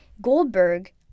Goldberg